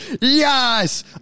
Yes